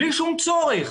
בלי שום צורך.